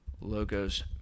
Logos